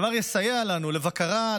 הדבר יסייע לנו בבקרה,